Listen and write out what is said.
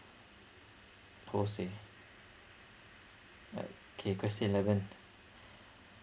ho seh right K question eleven